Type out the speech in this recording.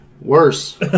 Worse